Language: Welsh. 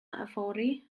yfory